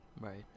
Right